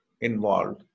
involved